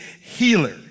healer